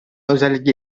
özellikle